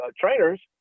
trainers